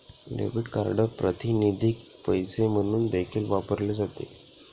debit card प्रातिनिधिक पैसे म्हणून देखील वापरले जाते